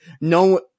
no